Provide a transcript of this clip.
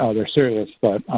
ah they're serious but